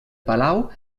palau